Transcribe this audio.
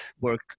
work